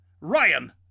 Ryan